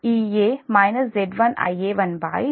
ఇది సమీకరణం 38